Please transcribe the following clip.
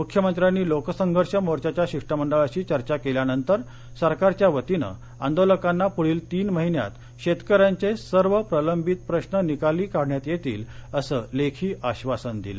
मुख्यमंत्र्यांनी लोकसंघर्ष मोर्चाच्या शिष्टमंडळाशी चर्चा केल्यानंतर सरकारच्यावतीनं आंदोलकांना पुढील तीन महिन्यात शेतकऱ्यांचे सर्व प्रलंबित प्रश्न निकाली काढण्यात येतील असं लेखी आश्वासन दिलं